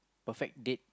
perfect date